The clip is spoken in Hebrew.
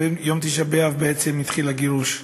ביום תשעה באב בעצם התחיל הגירוש.